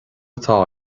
atá